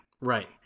Right